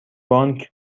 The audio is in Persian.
بانک